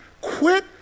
Quit